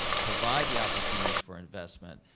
provide the opportunities for investment,